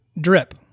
Drip